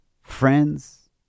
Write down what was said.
friends